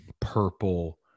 purple